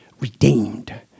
Redeemed